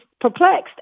perplexed